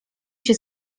się